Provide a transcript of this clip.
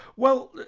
well,